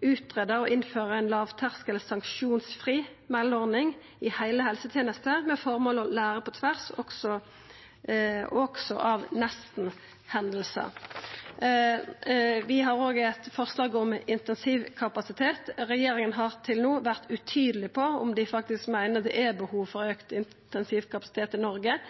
forslag om ei lågterskel, sanksjonsfri meldeordning i heile helsetenesta med det føremålet å læra på tvers, også av nesten-hendingar. Vi har òg eit forslag om intensivkapasitet. Regjeringa har til no vore utydeleg på om dei faktisk meiner det er behov for auka intensivkapasitet i Noreg.